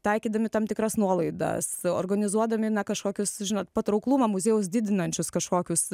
taikydami tam tikras nuolaidas organizuodami na kažkokius žinot patrauklumą muziejaus didinančius kažkokius